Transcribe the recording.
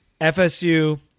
FSU